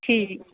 ਠੀਕ